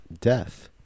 death